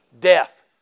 death